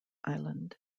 island